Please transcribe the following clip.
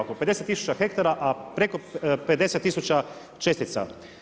Oko 50000 hektara a preko 50000 čestica.